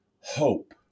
hope